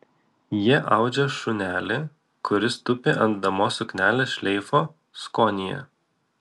jie audžia šunelį kuris tupi ant damos suknelės šleifo skonyje